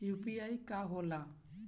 UPI का होला?